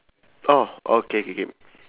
oh okay K K